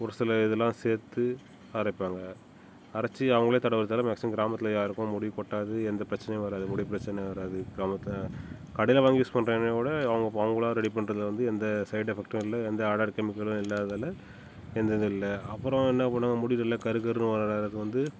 ஒரு சில இதெல்லாம் சேர்த்து அரைப்பாங்கள் அரைச்சு அவங்களே தடவுகிறதால மேக்ஸிமம் கிராமத்தில் யாருக்கும் முடி கொட்டாது எந்த பிரச்சனையும் வராது முடி பிரச்சனை வராது கிராமத்தில் கடையில் வாங்கி யூஸ் பண்ணுற எண்ணெயை விட அவங்க அவங்களா ரெடி பண்றதில் வந்து எந்த சைடு எஃபக்ட்டும் இல்லை எந்த ஆடட் கெமிக்கலும் இல்லாததால் எந்த இதுவும் இல்லை அப்புறம் என்ன பண்ணுவாங்கள் முடி நல்லா கருகருன்னு வளர்றதுக்கு வந்து